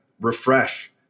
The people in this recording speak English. refresh